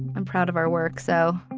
i'm proud of our work so